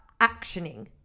actioning